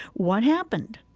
what happened?